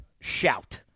Shout